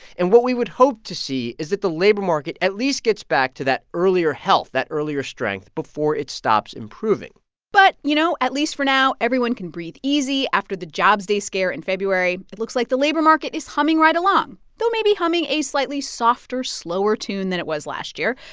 and what we would hope to see is that the labor market at least gets back to that earlier health, that earlier strength before it stops improving but, you know, at least for now, everyone can breathe easy after the jobs day scare in february. it looks like the labor market is humming right along, though maybe humming a slightly softer, slower tune than it was last year.